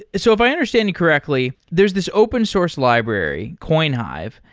so if i understand correctly, there's this open source library, coinhive,